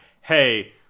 Hey